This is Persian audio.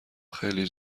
خیلی